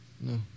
No